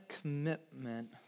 commitment